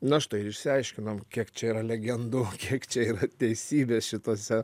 na štai ir išsiaiškinom kiek čia yra legendų kiek čia yra teisybės šituose